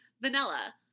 Vanilla